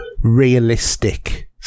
realistic